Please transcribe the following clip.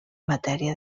matèria